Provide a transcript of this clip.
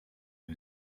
who